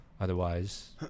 Otherwise